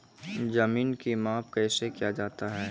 जमीन की माप कैसे किया जाता हैं?